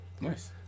Nice